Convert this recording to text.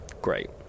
Great